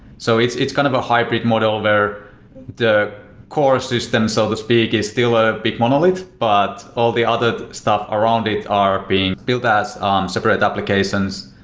so it's it's kind of a hybrid model where the core system so to speak is still a big monolith, but all the other stuff around it are being built at um separate applications.